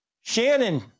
Shannon